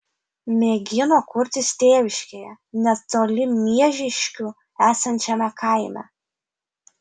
mėgino kurtis tėviškėje netoli miežiškių esančiame kaime